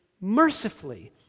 mercifully